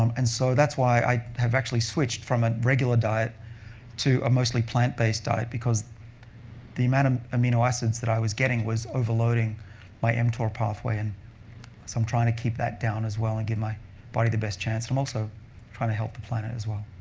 um and so that's why i have actually switched from a regular diet to a mostly plant-based diet because the amount of amino acids that i was getting was overloading my mtor pathway. and so i'm trying to keep that down as well and give my body the best chance, and i'm also trying to help the planet as well.